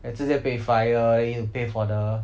and 直接被 fire then you have to pay for the